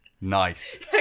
Nice